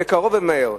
ובקרוב ומהר.